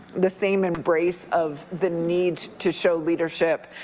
the same embrace of the need to show leadership,